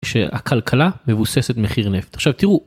שהכלכלה מבוססת מחיר נפט עכשיו תראו.